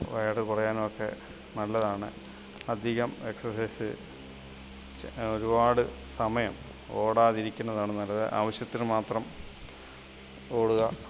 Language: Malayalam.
വയറ് കുറയാനുമൊക്കെ നല്ലതാണ് അധികം എക്സസൈസ് ഒരുപാട് സമയം ഓടാതിരിക്കുന്നതാണ് നല്ലത് ആവശ്യത്തിന് മാത്രം ഓടുക